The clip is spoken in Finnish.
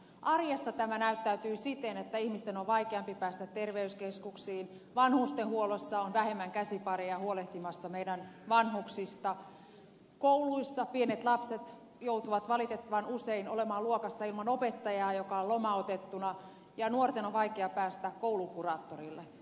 arjessa tämä näyttäytyy siten että ihmisten on vaikeampi päästä terveyskeskuksiin vanhustenhuollossa on vähemmän käsipareja huolehtimassa meidän vanhuksista kouluissa pienet lapset joutuvat valitettavan usein olemaan luokassa ilman opettajaa joka on lomautettuna ja nuorten on vaikea päästä koulukuraattorille